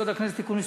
(תיקון).